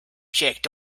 checked